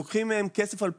לוקחים מהם כסף על פיקדון.